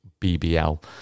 BBL